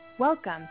Welcome